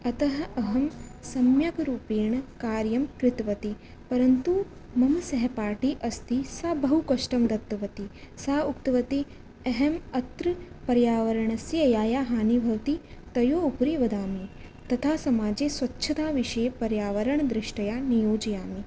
अतः अहं सम्यक् रूपेण कार्यं कृतवती परन्तु मम सहपाठी अस्ति सा बहुकष्टं दत्तवती सा उक्तवती अहम् अत्र पर्यावरणस्य या या हानिः भवति तयोः उपरि वदामि तथा समाजे स्वच्छताविषये पर्यावरणदृष्टया नियोजयामि